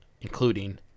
including